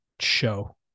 show